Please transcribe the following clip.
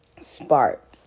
spark